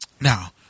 Now